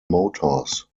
motors